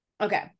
Okay